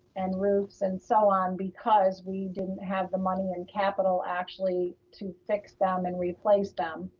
and roofs and so on, because we didn't have the money in capital actually to fix them and replace them.